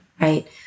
right